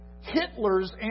Hitler's